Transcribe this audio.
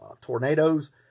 tornadoes